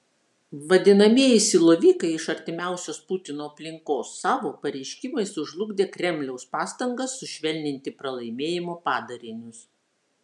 vadinamieji silovikai iš artimiausios putino aplinkos savo pareiškimais sužlugdė kremliaus pastangas sušvelninti pralaimėjimo padarinius